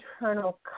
internal